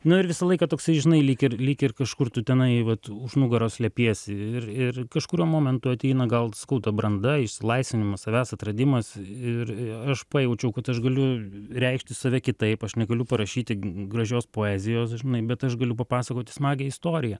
nu ir visą laiką toksai žinai lyg ir lyg ir kažkur tu tenai vat už nugaros slepiesi ir ir kažkuriuo momentu ateina gal sakau ta branda išsilaisvinimas savęs atradimas ir aš pajaučiau kad aš galiu reikšti save kitaip aš negaliu parašyti gražios poezijos žinai bet aš galiu papasakoti smagią istoriją